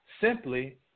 simply